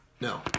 No